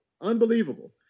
unbelievable